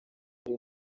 ari